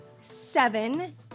seven